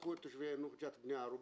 לקחו את תושבי יאנוח-ג'ת בני ערובה,